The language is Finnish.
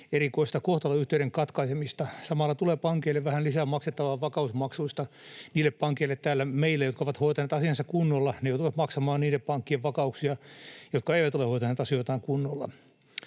erikoista kohtalonyhteyden katkaisemista. Samalla tulee pankeille vähän lisää maksettavaa vakausmaksuista, niille pankeille täällä meillä, jotka ovat hoitaneet asiansa kunnolla. Ne joutuvat maksamaan niiden pankkien maksuja, jotka eivät ole hoitaneet asioitaan kunnolla.